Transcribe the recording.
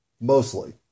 mostly